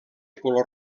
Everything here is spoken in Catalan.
color